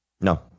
No